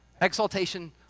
exaltation